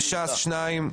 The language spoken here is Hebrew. ש"ס שניים,